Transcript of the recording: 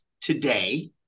today